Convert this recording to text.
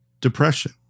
depression